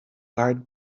guard